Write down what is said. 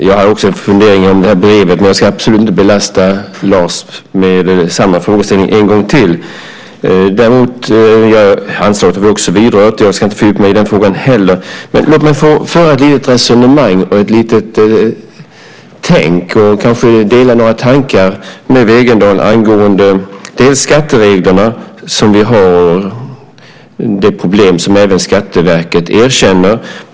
Fru talman! Också jag har en fundering kring brevet men ska absolut inte belasta Lars med samma frågeställning en gång till. Handslaget har också berörts. Inte heller ska jag fördjupa mig i den frågan. Men låt mig lite grann få föra ett resonemang och ha ett litet tänk och också kanske dela några tankar med Wegendal angående de skatteregler som vi har och de problem som även Skatteverket erkänner.